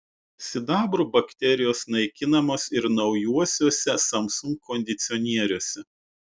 sidabru bakterijos naikinamos ir naujuosiuose samsung kondicionieriuose